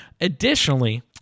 additionally